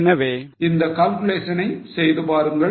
எனவே இந்த calculation ஐ செய்து பாருங்கள்